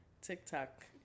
tiktok